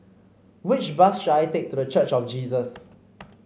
which bus should I take to The Church of Jesus